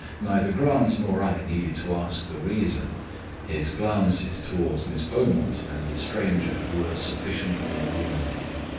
neither grant nor i needed to ask the reason his glances towards miss beaumont and the stranger were sufficiently illuminating.